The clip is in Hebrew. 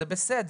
זה בסדר.